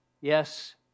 Yes